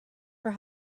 for